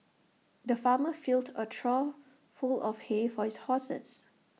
the farmer filled A trough full of hay for his horses